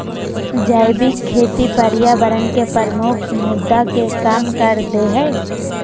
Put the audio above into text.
जैविक खेती पर्यावरण के प्रमुख मुद्दा के कम कर देय हइ